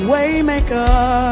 Waymaker